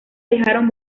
dejaron